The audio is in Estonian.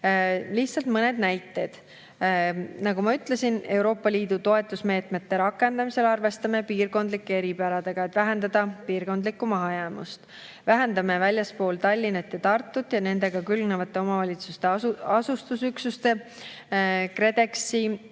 Lihtsalt mõned näited. Nagu ma ütlesin, Euroopa Liidu toetusmeetmete rakendamisel arvestame piirkondlike eripäradega, et vähendada piirkondlikku mahajäämust. Vähendame väljaspool Tallinna ja Tartut ja nendega külgnevate omavalitsuste asustusüksuste KredExi